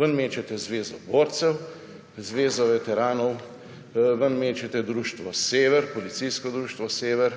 Ven mečete Zvezo borcev, Zvezo veteranov, ven mečete Društvo Sever, policijsko društvo Sever,